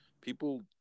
People